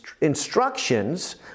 instructions